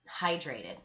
hydrated